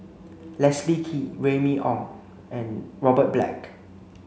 Leslie Kee Remy Ong and Robert Black